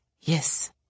yes